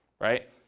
right